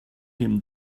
him